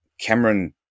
cameron